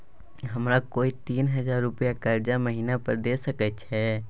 हमरा कोय तीन हजार रुपिया कर्जा महिना पर द सके छै?